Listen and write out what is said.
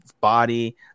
body